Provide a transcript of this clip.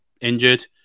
injured